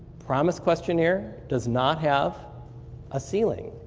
promis questionnaire does not have a ceiling.